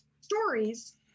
stories